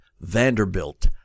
Vanderbilt